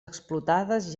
explotades